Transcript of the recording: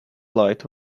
light